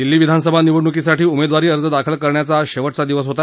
दिल्ली विधानसभा निवडणुकीसाठी उमेदवारी अर्ज दाखल करण्याचा आज शेवटचा दिवस आहे